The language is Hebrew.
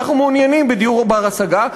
אנחנו מעוניינים בדיור בר-השגה,